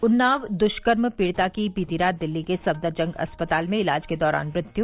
उन्नाव दुष्कर्म पीड़िता की बीती रात दिल्ली के सफदरजंग अस्पताल में इलाज के दौरान मृत्यु